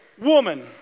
woman